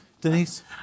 Denise